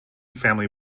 family